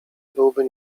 byłby